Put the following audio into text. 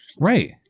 Right